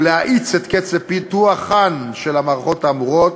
ולהאיץ את קצב פיתוחן של המערכות האמורות,